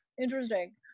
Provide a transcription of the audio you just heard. interesting